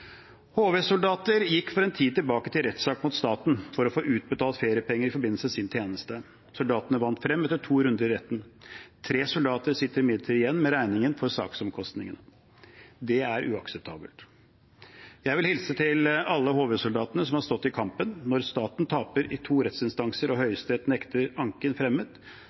gikk for en tid tilbake til rettssak mot staten for å få utbetalt feriepenger i forbindelse med sin tjeneste. Soldatene vant frem etter to runder i retten. Tre soldater sitter imidlertid igjen med regningen for saksomkostningene. Det er uakseptabelt. Jeg vil hilse til alle HV-soldatene som har stått i kampen. Når staten taper i to rettsinstanser og Høyesterett nekter anken fremmet,